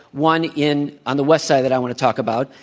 one in on the west side that i want to talk about.